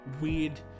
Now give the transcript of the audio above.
weird